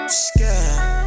Scared